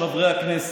חברי הכנסת,